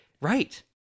Right